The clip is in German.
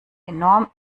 enorm